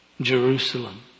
Jerusalem